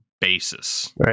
basis